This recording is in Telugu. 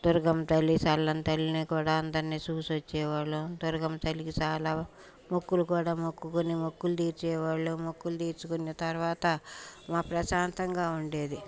దుర్గం తల్లి చల్లని తల్లిని కూడా అందరిని చూసి వచ్చేవాళ్ళము దుర్గం తల్లి చాలా మొక్కులు కూడా మొక్కుకొని మొక్కులు తీర్చేవాళ్ళము మొక్కులు తీర్చుకున్న తరువాత మా ప్రశాంతంగా ఉండేది